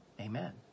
Amen